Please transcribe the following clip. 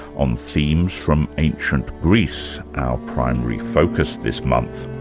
on themes from ancient greece, our primary focus this month.